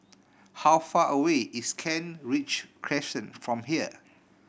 how far away is Kent Ridge Crescent from here